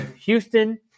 Houston